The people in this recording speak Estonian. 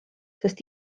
sest